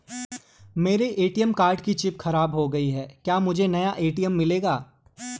मेरे ATM card की chip खराब हो गयी है क्या मुझे नया ए.टी.एम मिलेगा?